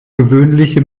gewöhnliche